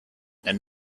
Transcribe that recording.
and